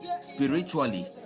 spiritually